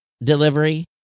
delivery